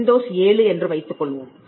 Windows 7 என்று வைத்துக்கொள்வோம்